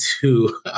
two